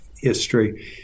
history